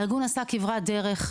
הארגון עשה כברת דרך.